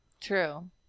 true